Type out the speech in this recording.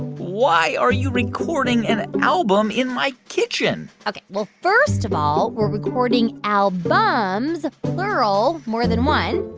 why are you recording an album in my kitchen? ok. well, first of all, we're recording albums plural, more than one